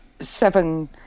Seven